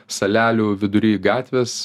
salelių vidury gatvės